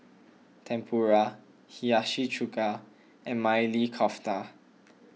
Tempura Hiyashi Chuka and Maili Kofta